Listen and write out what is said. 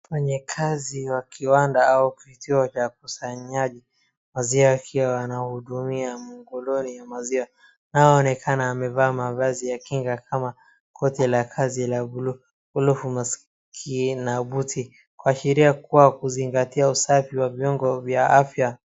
Wafanyikazi wa kiwanda au kituo cha ukusanyaji maziwa wakiwa wanahudumia mkoloni maziwa inayoonekana amevaa mavazi ya kinga kama koti la kazi la buluu, glovu, maski na buti kuashiria kwa kuzingatia usafi wa viungo vya afya.